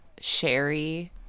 Sherry